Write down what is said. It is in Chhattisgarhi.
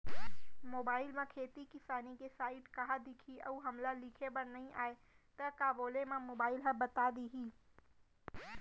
मोबाइल म खेती किसानी के साइट कहाँ दिखही अऊ हमला लिखेबर नई आय त का बोले म मोबाइल ह बता दिही?